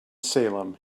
salem